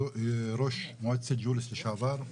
ראש מועצת ג'וליס לשעבר.